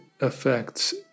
affects